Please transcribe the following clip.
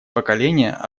поколения